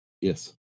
Yes